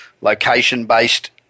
location-based